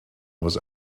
was